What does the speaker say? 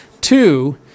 two